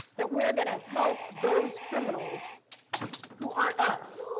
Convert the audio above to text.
that we're gonna help those criminals who aren't us.